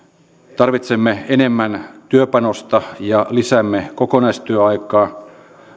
tarvitsemme enemmän työpanosta ja lisäämme kokonaistyöaikaa